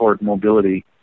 mobility